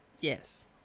Yes